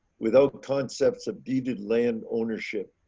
without concepts of deeded land ownership.